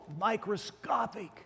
microscopic